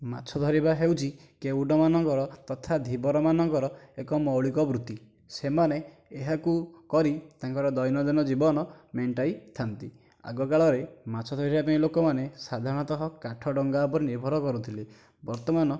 ମାଛ ଧରିବା ହେଉଛି କେଉଟ ମାନଙ୍କର ତଥା ଧିବରମାନଙ୍କର ଏକ ମୌଳିକ ବୃତ୍ତି ସେମାନେ ଏହାକୁ କରି ତାଙ୍କର ଦୈନନ୍ଦିନ ଜୀବନ ମେଣ୍ଟାଇଥାଆନ୍ତି ଆଗ କାଳରେ ମାଛ ଧରିବା ପାଇଁ ଲୋକମାନେ ସାଧାରଣତଃ କାଠ ଡଙ୍ଗା ଉପରେ ନିର୍ଭର କରୁଥିଲେ ବର୍ତ୍ତମାନ